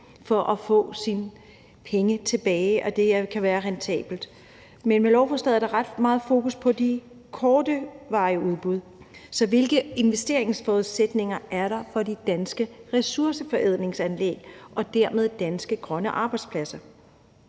man kan få sine penge tilbage og det kan være rentabelt? Men med lovforslaget er der ret meget fokus på de kortvarige udbud. Så hvilke investeringsforudsætninger er der for de danske ressourceforædlingsanlæg og dermed danske grønne arbejdspladser?